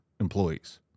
employees